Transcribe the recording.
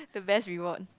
the best reward